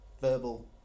Verbal